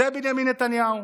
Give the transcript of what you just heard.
זה בנימין נתניהו.